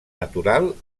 natural